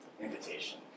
invitation